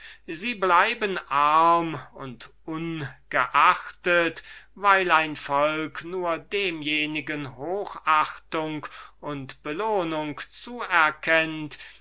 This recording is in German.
sie bleiben arm und ungeachtet weil ein volk nur demjenigen hochachtung und belohnung zuerkennt